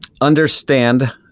understand